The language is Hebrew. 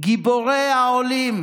גיבורי העולים,